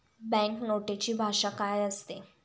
Bank नोटेची भाषा काय असते?